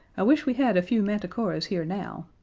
i wish we had a few manticoras here now.